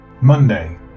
Monday